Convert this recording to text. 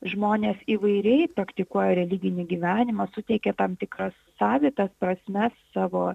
žmonės įvairiai praktikuoja religinį gyvenimą suteikia tam tikras savitas prasmes savo